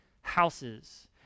houses